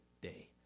day